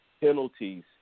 penalties